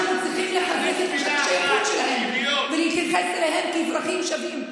שאנחנו צריכים לחזק את השייכות שלהם ולהתייחס אליהם כאל אזרחים שווים.